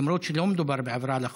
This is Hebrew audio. למרות שלא מדובר בעבירה על החוק,